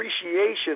appreciation